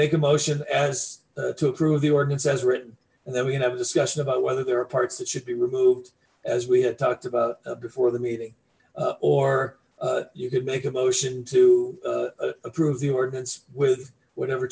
make a motion as to approve the ordinance as written and then we can have a discussion about whether there are parts that should be removed as we had talked about before the meeting or you could make a motion to approve the ordinance with whatever